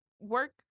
work